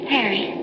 Harry